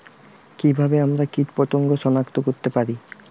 কিভাবে আমরা কীটপতঙ্গ সনাক্ত করতে পারি?